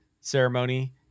ceremony